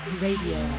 radio